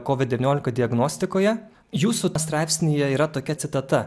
kovid devyniolika diagnostikoje jūsų straipsnyje yra tokia citata